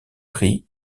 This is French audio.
prix